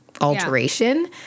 alteration